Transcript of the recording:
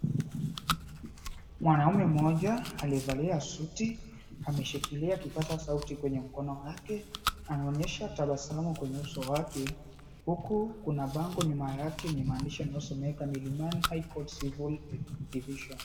Mwanaume mmoja aliyevalia suti ameshikilia kipaza sauti kwenye mkono wake, anaonyesha kutabasamu kwenye uso wake huku kuna bango nyuma yake yenye maandishi yanayosomeka, "Milimani High Court, Civil Division."